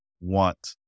want